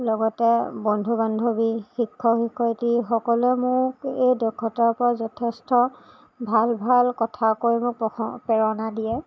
লগতে বন্ধু বান্ধৱী শিক্ষক শিক্ষয়িত্ৰী সকলোৱে মোক এই দক্ষতাৰ ওপৰত যথেষ্ট ভাল ভাল কথা কৈ মোক প্ৰশং প্ৰেৰণা দিয়ে